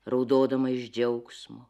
raudodama iš džiaugsmo